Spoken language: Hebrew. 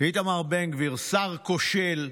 איתמר בן גביר, שר כושל,